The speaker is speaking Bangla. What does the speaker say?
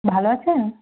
ভালো আছেন